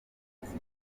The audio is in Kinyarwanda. ingagi